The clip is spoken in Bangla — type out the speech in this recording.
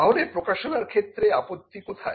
তাহলে প্রকাশনার ক্ষেত্রে আপত্তি কোথায়